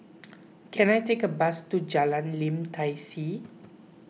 can I take a bus to Jalan Lim Tai See